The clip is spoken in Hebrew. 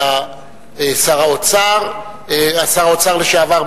של שר האוצר לשעבר,